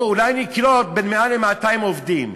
או אולי נקלוט בין 100 ל-200 עובדים.